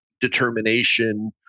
determination